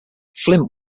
flint